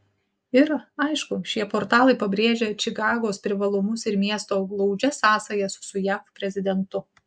ir aišku šie portalai pabrėžia čikagos privalumus ir miesto glaudžias sąsajas su jav prezidentu